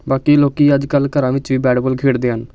ਬਾਕੀ ਲੋਕ ਅੱਜ ਕੱਲ੍ਹ ਘਰਾਂ ਵਿੱਚ ਵੀ ਬੈਟ ਬੋਲ ਖੇਡਦੇ ਹਨ